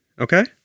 okay